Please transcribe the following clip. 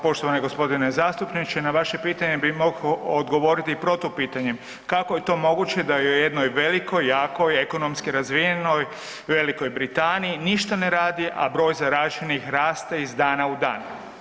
Poštovani g. zastupniče, na vaše pitanje bi mogao odgovoriti i protupitanjem, kako je to moguće da je u jednoj velikoj, jakoj, ekonomski razvijenoj Velikoj Britaniji ništa ne radi, a broj zaraženih raste iz dana u dan?